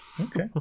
Okay